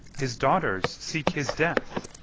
his daughters seek his death